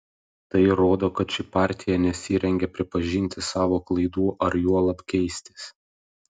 tai rodo kad ši partija nesirengia pripažinti savo klaidų ar juolab keistis